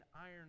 iron